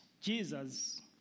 Jesus